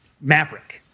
maverick